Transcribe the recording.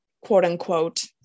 quote-unquote